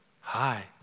Hi